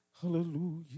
Hallelujah